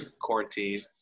quarantine